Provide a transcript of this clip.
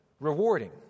rewarding